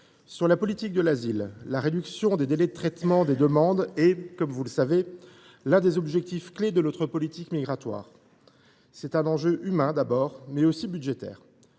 la politique de l’asile, la réduction des délais de traitement des demandes est, comme vous le savez, l’un des objectifs clés de notre politique migratoire. C’est un enjeu à la fois humain et budgétaire.